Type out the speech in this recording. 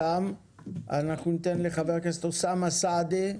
אנחנו ניתן לחבר הכנסת אוסאמה סעדי,